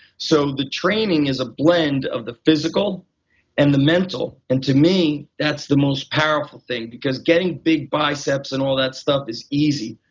so the training is a blend of the physical and the mental. and to me that's the most powerful thing because getting big biceps and all that stuff is easy,